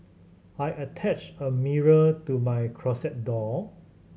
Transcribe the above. I attached a mirror to my closet door